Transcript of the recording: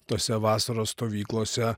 tose vasaros stovyklose